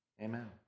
Amen